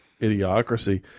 idiocracy